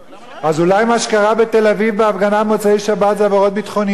אז אולי מה שקרה בתל-אביב בהפגנה במוצאי-שבת זה עבירות ביטחוניות?